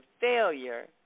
failure